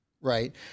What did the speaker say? right